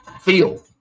Feel